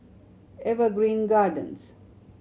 Evergreen Gardens